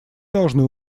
должны